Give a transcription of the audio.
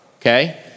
okay